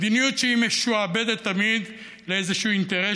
מדיניות שהיא משועבדת תמיד לאיזשהו אינטרס